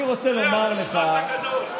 אני רוצה לומר לך, זה המושחת הגדול.